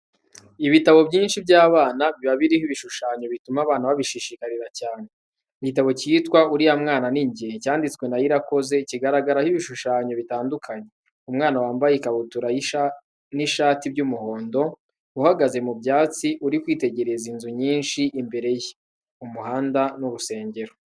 Ibitabo byinshi by'abana, biba biriho ibishushanyo bituma abana babishishikarira cyane. Igitabo cyitwa "Uriya Mwana ni Njye." Cyanditswe na IRAKOZE, kigaragaraho ibishushanyo bitandukanye. Umwana wambaye ikabutura n'ishati by'umuhondo, uhagaze mu byatsi, uri kwitegereza inzu nyinshi imbere ye, umuhanda n'urusengero.